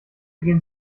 gehen